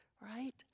Right